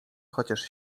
chociaż